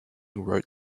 wrote